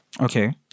Okay